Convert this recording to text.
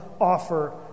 offer